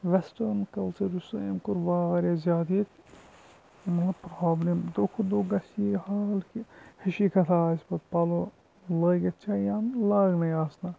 western culture یُس سا أمۍ کوٚر واریاہ زیادٕ ییٚتہِ مطلب پرٛابلِم دۄہ کھۄتہٕ دۄہ گژھِ یہِ ہال کہِ ہِشی کَتھاہ آسہِ پَتہٕ پَلو لٲگِتھ چھا یا لاگنَے آسنہ